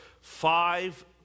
five